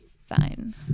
fine